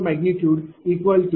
45275 0